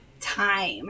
time